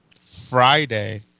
Friday